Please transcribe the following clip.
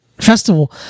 Festival